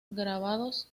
grabados